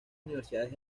universidades